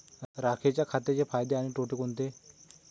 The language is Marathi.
राखेच्या खताचे फायदे आणि तोटे कोणते?